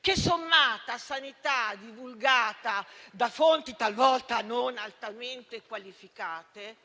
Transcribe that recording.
che, sommata a sanità divulgata da fonti talvolta non altamente qualificate,